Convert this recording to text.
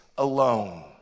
alone